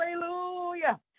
hallelujah